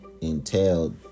entailed